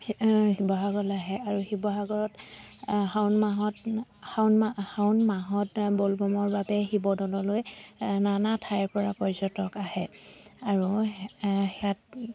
শিৱসাগৰলৈ আহে আৰু শিৱসাগৰত শাওন মাহত শাওন মাহ শাওন মাহত বলবমৰ বাবে শিৱদ'ললৈ নানা ঠাইৰ পৰা পৰ্যটক আহে আৰু ইয়াত